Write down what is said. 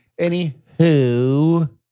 Anywho